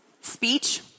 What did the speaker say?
speech